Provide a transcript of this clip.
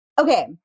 Okay